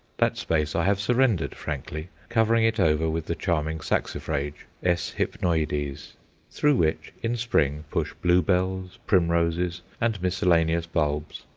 that space i have surrendered frankly, covering it over with the charming saxifrage, s. hypnoides, through which in spring push bluebells, primroses, and miscellaneous bulbs,